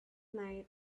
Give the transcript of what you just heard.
night